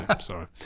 sorry